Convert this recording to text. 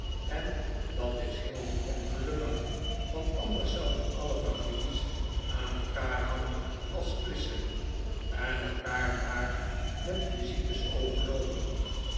en dat is heel goed en gelukkig r want anders zouden alle families aan elkaar hangen als klissen en elkaar maar met visites overloopen